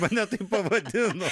mane taip pavadino